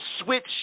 switch